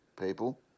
people